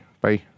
Bye